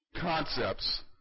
concepts